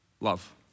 Love